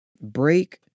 break